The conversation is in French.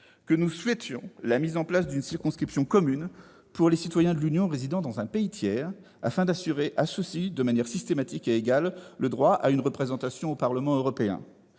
qui proposait de créer une circonscription commune pour les citoyens de l'Union résidant dans un pays tiers, afin d'assurer à ceux-ci, de manière systématique et égale, le droit à une représentation au Parlement européen.